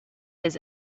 his